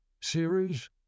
series